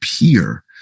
appear